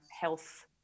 health